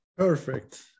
Perfect